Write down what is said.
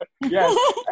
yes